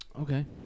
Okay